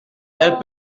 elle